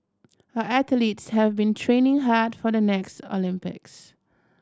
our athletes have been training hard for the next Olympics